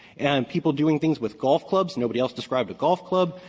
and people doing things with golf clubs. nobody else described a golf club.